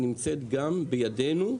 זה נמצא גם בידינו.